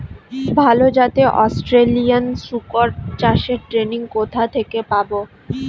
ভালো জাতে অস্ট্রেলিয়ান শুকর চাষের ট্রেনিং কোথা থেকে পাব?